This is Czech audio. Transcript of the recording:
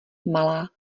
malá